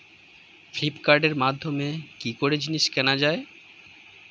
ফ্লিপকার্টের মাধ্যমে কি করে জিনিস কেনা যায়?